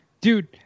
Dude